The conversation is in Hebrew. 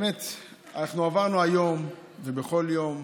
עברנו היום, ובכל יום,